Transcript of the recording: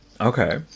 okay